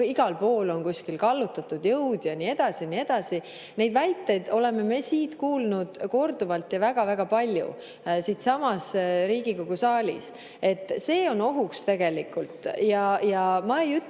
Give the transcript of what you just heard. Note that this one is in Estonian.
igal pool on kallutatud jõud ja nii edasi ja nii edasi. Neid väiteid oleme me kuulnud korduvalt ja väga-väga palju siinsamas Riigikogu saalis. See on tegelikult ohuks. Ma ei ütle,